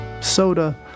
soda